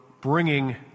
bringing